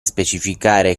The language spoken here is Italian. specificare